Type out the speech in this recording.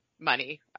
money